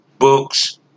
Books